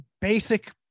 basic